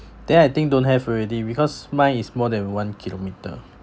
then I think don't have already because mine is more than one kilometre